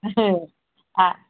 অ